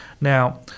Now